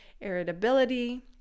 irritability